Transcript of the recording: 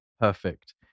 Perfect